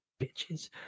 Bitches